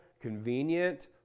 convenient